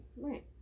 Right